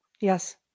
Yes